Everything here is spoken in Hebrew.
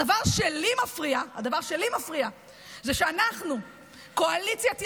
הדבר שלי מפריע זה שאנחנו קואליציית ימין,